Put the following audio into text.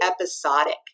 episodic